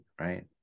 right